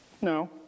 No